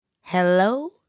Hello